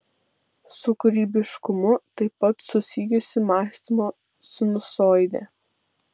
su kūrybiškumu taip pat susijusi mąstymo sinusoidė